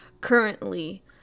currently